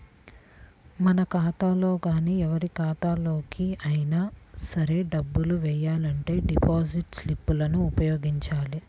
మన ఖాతాలో గానీ ఎవరి ఖాతాలోకి అయినా సరే డబ్బులు వెయ్యాలంటే డిపాజిట్ స్లిప్ లను ఉపయోగించాలి